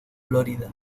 florida